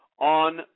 on